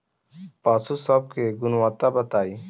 पशु सब के गुणवत्ता बताई?